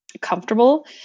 comfortable